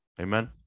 Amen